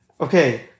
okay